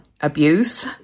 abuse